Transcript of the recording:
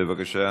בבקשה.